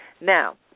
Now